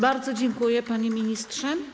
Bardzo dziękuję, panie ministrze.